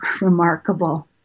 remarkable